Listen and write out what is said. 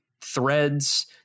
threads